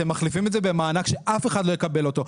אתם מחליפים את זה במענק שאף אחד לא יקבל אותו.